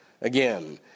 Again